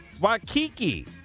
Waikiki